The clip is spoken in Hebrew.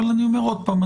אני אומר עוד פעם,